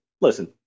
listen